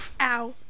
Ow